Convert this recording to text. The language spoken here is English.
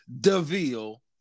Deville